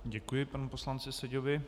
Děkuji panu poslanci Seďovi.